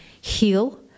heal